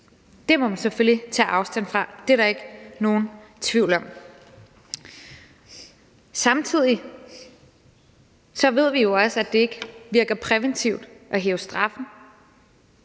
Det må vi selvfølgelig tage afstand fra. Det er der ikke nogen tvivl om. Samtidig ved vi jo også, at det ikke virker præventivt at hæve straffen.